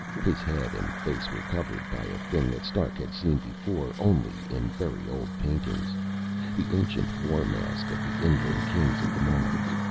his head and face were covered by a thing that stark had seen before only in very old paintings the ancient war-mask of the inland kings of mars.